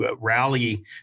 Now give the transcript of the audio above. rally